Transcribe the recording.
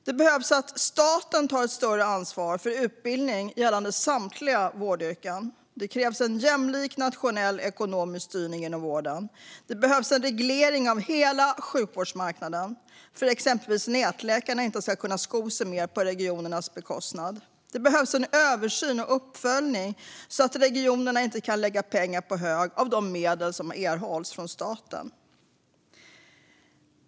Det behövs att staten tar ett större ansvar för utbildning gällande samtliga vårdyrken. Det krävs en jämlik nationell ekonomisk styrning inom vården. Det behövs en reglering av hela sjukvårdsmarknaden för att exempelvis nätläkarna inte ska kunna sko sig mer på regionernas bekostnad. Det behövs översyn och uppföljning så att regionerna inte kan lägga pengar på hög av de medel som erhållits från staten.